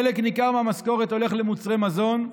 חלק ניכר מהמשכורת הולך למוצרי מזון,